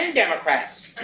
and democrats, ah